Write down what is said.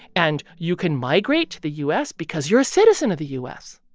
and you can migrate to the u s. because you're a citizen of the u s,